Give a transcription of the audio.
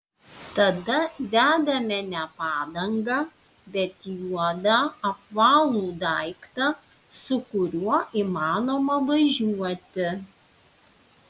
tada dedame ne padangą bet juodą apvalų daiktą su kuriuo įmanoma važiuoti